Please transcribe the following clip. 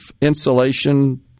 insulation